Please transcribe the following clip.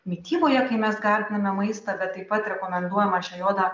mityboje kai mes gardiname maistą bet taip pat rekomenduojama šią jodą